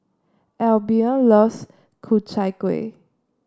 Albion loves Ku Chai Kuih